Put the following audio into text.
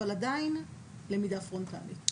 אבל עדיין למידה פרונטלית.